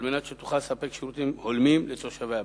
על מנת שתוכל לספק שירותים הולמים לתושביה.